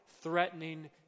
threatening